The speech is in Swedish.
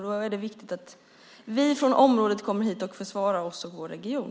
Då är det viktigt att vi från området kommer hit och försvarar oss och vår region.